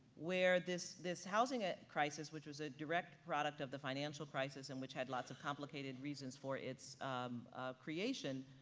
where this this housing ah crisis, which was a direct product of the financial crisis, and which had lots of complicated reasons for its creation,